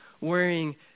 wearing